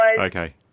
Okay